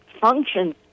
functions